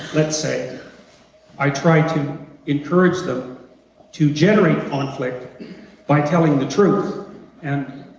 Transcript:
let's say i try to encourage them to generate conflict by telling the truth and,